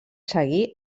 seguir